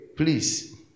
Please